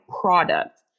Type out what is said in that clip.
product